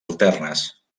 alternes